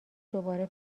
دوباره